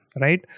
right